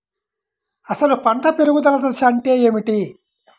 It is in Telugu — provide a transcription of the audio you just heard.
అసలు పంట పెరుగుదల దశ అంటే ఏమిటి?